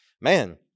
Man